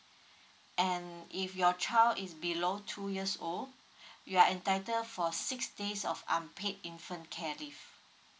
and if your child is below two years old you are entitled for six days of unpaid infant care leave